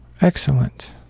Excellent